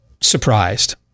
surprised